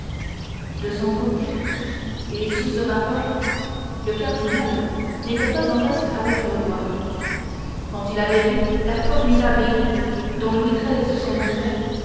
de son côté et sous ce rapport le cardinal n'était pas en reste avec le roi quand il avait vu la formidable élite dont louis